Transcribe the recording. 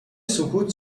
سکوت